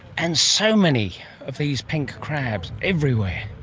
and so many of these pink crabs everywhere.